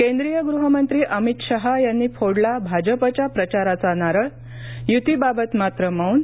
केंद्रीय गृहमंत्री अमित शहा यांनी फोडला भाजपाच्या प्रचाराचा नारळ यु्तीबाबत मात्र मौन